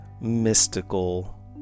mystical